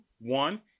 one